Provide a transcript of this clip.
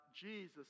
Jesus